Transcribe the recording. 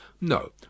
No